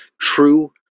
true